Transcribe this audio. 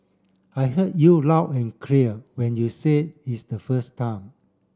I heard you loud and clear when you said it's the first time